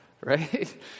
right